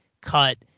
cut